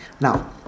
Now